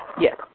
Yes